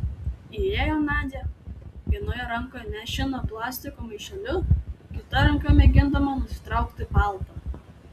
įėjo nadia vienoje rankoje nešina plastiko maišeliu kita ranka mėgindama nusitraukti paltą